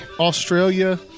Australia